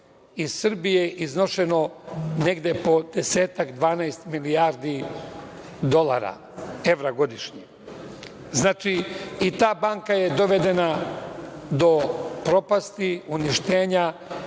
iz Srbije iznošeno negde po 10-12 milijardi dolara, evra godišnje. Znači, i ta banka je dovedena do propasti, uništenja